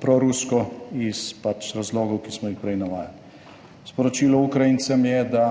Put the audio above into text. prorusko iz pač razlogov, ki smo jih prej navajali. Sporočilo Ukrajincem je, da